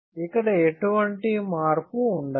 ఇక్కడ ఎటువంటి మార్పు ఉండదు